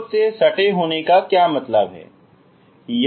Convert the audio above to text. खुद से सटे होने का क्या मतलब है